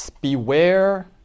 Beware